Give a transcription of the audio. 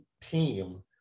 team